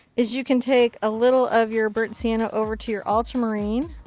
is you can take a little of your burnt sienna over to your ultramarine.